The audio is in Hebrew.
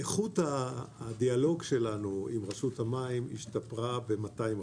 איכות הדיאלוג שלנו עם רשות המים השתפרה ב-200%.